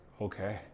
okay